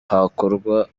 hakorwa